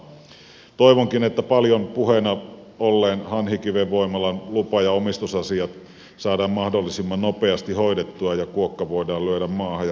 toivonkin että paljon puheena olleen hanhikiven voimalan lupa ja omistusasiat saadaan mahdollisimman nopeasti hoidettua ja kuokka voidaan lyödä maahan ja rakentaminen aloittaa